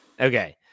Okay